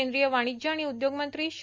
केंद्रीय वाणिज्य आणि उद्योग मंत्री श्री